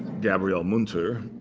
gabriele munter.